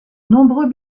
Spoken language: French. nombreux